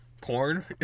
porn